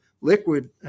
liquid